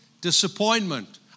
disappointment